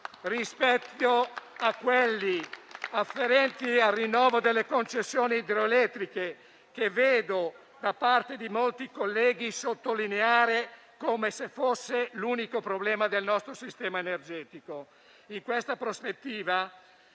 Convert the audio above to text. rispetto a quelli afferenti al rinnovo delle concessioni idroelettriche, che vedo sottolineare da parte di molti colleghi come fosse l'unico problema del nostro sistema energetico. In questa prospettiva,